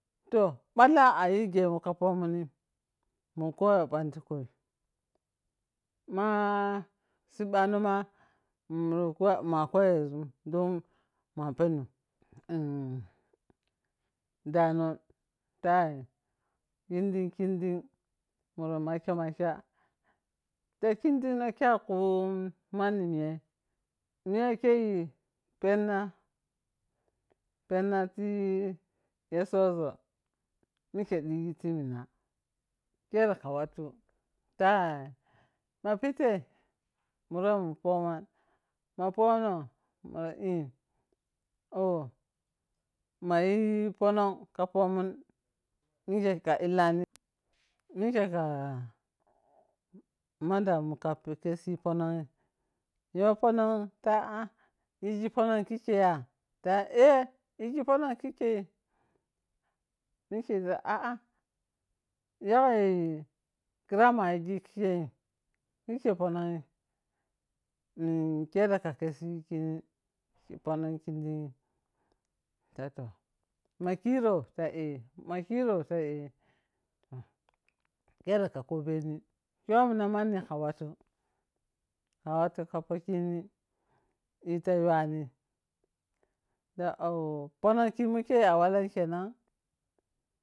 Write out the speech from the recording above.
Toh ɓalla ayighemun kafomun mu koyo ɓan tu kyai ma sibbaro ma, mu ma koyezum don ma penom dano fair kinding, kinding mura makhamakha to kidining no, kha ku mani miya miyoi keyi penna pennu teya tsozo mike diyi ti minna. Khere ka watu t ma pitai mura mu poman, ma punon? Mura i oh mayi ponong mike ka pomung mike a ellani mike ma damun ka kepsi ye pone ngin yo pononging fa ah yegi pono keke ya? Ta elu yegi pono kike yi! Mike ta a. a yagai khira ma yigi kikeyin kike pononyi eh khera ka kessi yi kini ponony kidinyi ta toh ma khirg ta eh ma kira ta di khera ka kobeni kyomina mani ka watu, ka watu ka po khini di fa yuwani ta ok ponon kimun ke a’wab kenam?